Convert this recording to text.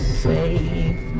save